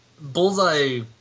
Bullseye